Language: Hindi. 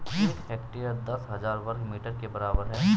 एक हेक्टेयर दस हजार वर्ग मीटर के बराबर है